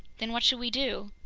then what should we do?